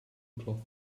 cloth